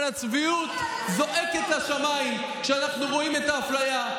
אבל הצביעות זועקת לשמיים כשאנחנו רואים את האפליה,